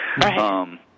Right